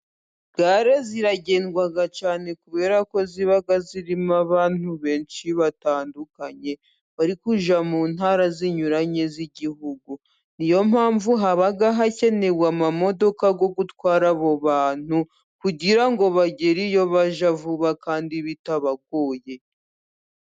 Gare ziragendwa cyane kubera ko ziba zirimo abantu benshi batandukanye, bari kujya mu Ntara zinyuranye z'igihugu. Ni yo mpamvu haba hakenewe amamodoka yo gutwara abo bantu, kugira ngo bagere iyo bajya vuba kandi bitabagoye.